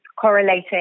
correlating